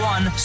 One